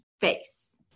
face